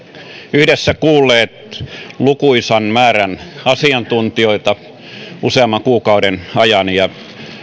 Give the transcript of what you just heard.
yhdessä kuulleet lukuisan määrän asiantuntijoita useamman kuukauden ajan ja